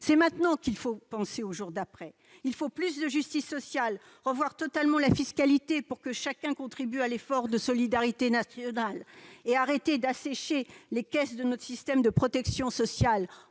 C'est maintenant qu'il faut penser au jour d'après. Il faut plus de justice sociale, revoir totalement la fiscalité pour que chacun contribue à l'effort de solidarité nationale et arrêter d'assécher les caisses de notre système de protection sociale